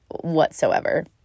whatsoever